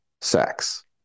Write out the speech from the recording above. sex